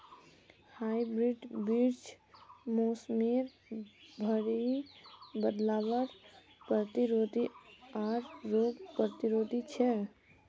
hybrid बीज मोसमेर भरी बदलावर प्रतिरोधी आर रोग प्रतिरोधी छे